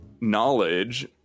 knowledge